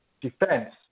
defense